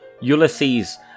Ulysses